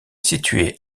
située